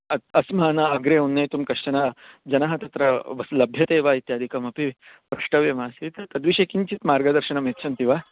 अस् अस्माकम् अग्रे उन्नेतुं कश्चनः जनः तत्र वस् लभ्यते वा इत्यादिकमपि प्रष्टव्यमासीत् तद्विषये किञ्चित् मार्गदर्शनं यच्छन्ति वा